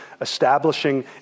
establishing